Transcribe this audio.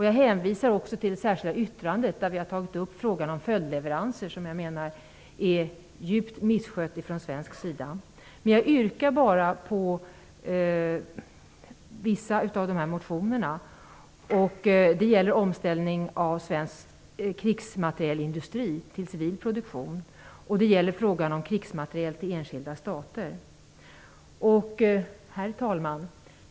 Jag hänvisar också till det särskilda yttrande där vi har tagit upp frågan om följdleveranser, som jag menar är djupt misskött från svensk sida. Men jag yrkar bara bifall till vissa av de här motionerna. Det gäller omställning av svensk krigsmaterielindustri till civil produktion, och det gäller frågan om krigsmateriel till enskilda stater. Herr talman!